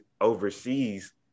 overseas